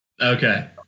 Okay